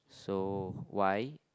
so why